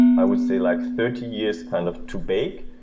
i would say, like thirty years kind of to bake.